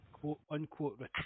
quote-unquote